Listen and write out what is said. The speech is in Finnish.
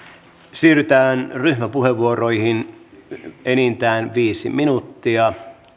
siirrytään ryhmäpuheenvuoroihin jotka ovat enintään viisi minuuttia